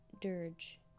dirge